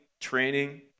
training